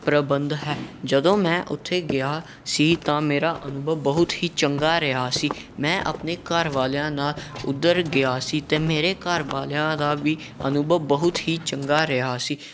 ਪ੍ਰਬੰਧ ਹੈ ਜਦੋਂ ਮੈਂ ਉੱਥੇ ਗਿਆ ਸੀ ਤਾਂ ਮੇਰਾ ਅਨੁਭਵ ਬਹੁਤ ਹੀ ਚੰਗਾ ਰਿਹਾ ਸੀ ਮੈਂ ਆਪਣੇ ਘਰ ਵਾਲਿਆਂ ਨਾਲ ਉੱਧਰ ਗਿਆ ਸੀ ਅਤੇ ਮੇਰੇ ਘਰ ਵਾਲਿਆਂ ਦਾ ਵੀ ਅਨੁਭਵ ਬਹੁਤ ਹੀ ਚੰਗਾ ਰਿਹਾ ਸੀ